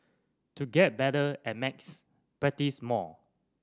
to get better at max practice more